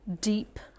deep